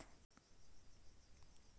कीटनाशक दबाइ से फसल के भी नुकसान होब हई का?